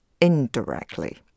indirectly